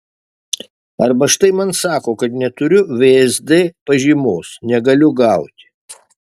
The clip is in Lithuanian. arba štai man sako kad neturiu vsd pažymos negaliu gauti